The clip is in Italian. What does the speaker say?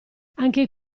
anche